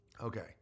okay